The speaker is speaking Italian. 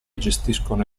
gestiscono